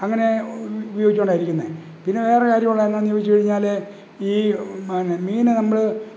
അങ്ങനെ ഉപയോഗിച്ചുകൊണ്ടാണ് ഇരിക്കുന്നത് പിന്നെ വേറൊരു കാര്യം ഉള്ളെതെന്നാന്ന് ചോദിച്ചു കഴിഞ്ഞാൽ ഈ പിന്നെ മീനിനെ നമ്മൾ